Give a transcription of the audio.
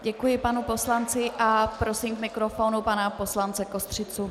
Děkuji panu poslanci a prosím k mikrofonu pana poslance Kostřicu.